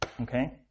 Okay